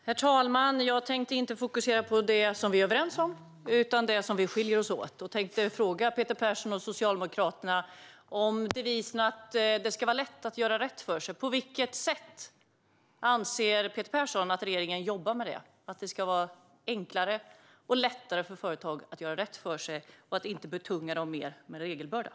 Herr talman! Jag tänkte inte fokusera på det som vi är överens om utan på det där vi skiljer oss åt. Jag tänkte fråga Peter Persson och Socialdemokraterna om devisen att det ska vara lätt att göra rätt för sig. På vilket sätt anser Peter Persson att regeringen jobbar med att göra det lättare för företag att göra rätt för sig och att inte betunga dem med större regelbördor?